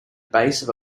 base